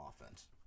offense